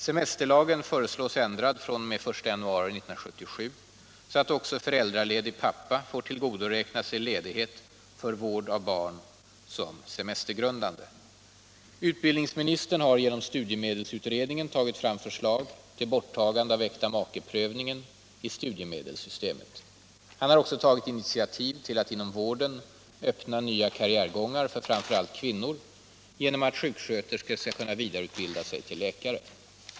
Semesterlagen föreslås ändrad fr.o.m. den 1 januari 1977 så att även föräldraledig pappa får tillgodoräkna sig ledighet för vård av barn som semestergrundande. Utbildningsministern har genom studiemedelsutredningen tagit fram förslag till borttagande av äktamakeprövningen i studiemedelssystemet. Han har också tagit initiativ till att inom vården öppna nya karriärgångar för framför allt kvinnor genom att sjuksköterskor skall kunna vidareutbilda sig till läkare.